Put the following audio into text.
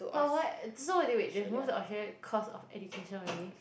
but what so they wait they move to Australia cause of education only